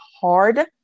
hard